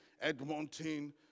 Edmonton